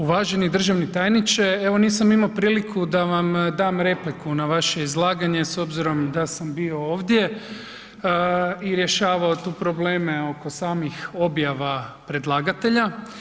Uvaženi državni tajniče evo nisam imao priliku da vam dam repliku na vaše izlaganje s obzirom da sam bi ovdje i rješavao tu probleme oko samih objava predlagatelja.